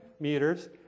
meters